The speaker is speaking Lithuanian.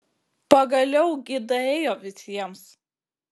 pagaliau gi daėjo visiems